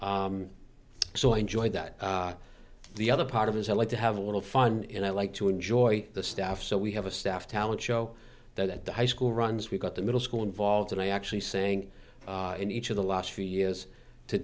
so i enjoy that the other part of his i like to have a little fun and i like to enjoy the staff so we have a staff talent show that at the high school runs we got the middle school involved and i actually saying in each of the last few years to